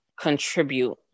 contribute